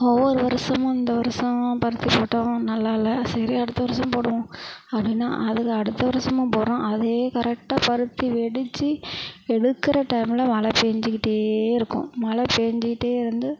ஒவ்வொரு வருடமும் இந்த வருடம்லாம் பருத்தி போட்டோம் நல்லாயில்ல சரி அடுத்த வருடம் போடுவோம் அப்படினா அதுக்கு அடுத்த வருடமும் போடுறோம் அதே கரெக்டாக பருத்தி வெடித்து எடுக்கிற டைமில் மழை பெஞ்சிக்கிட்டே இருக்கும் மழை பெஞ்சிக்கிட்டே இருந்து